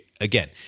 Again